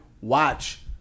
watch